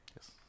Yes